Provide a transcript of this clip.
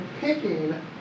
picking